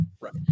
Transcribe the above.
Right